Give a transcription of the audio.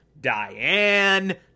diane